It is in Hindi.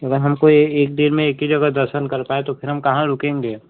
अगर हमको ये एक दिन में एक ही जगह दर्शन कर पाए तो फिर हम कहाँ रुकेंगे